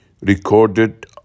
recorded